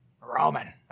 Roman